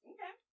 Okay